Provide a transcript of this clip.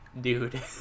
dude